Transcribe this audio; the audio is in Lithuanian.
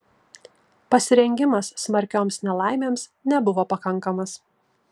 pasirengimas smarkioms nelaimėms nebuvo pakankamas